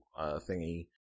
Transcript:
thingy